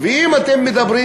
ואם אתם מדברים,